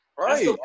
Right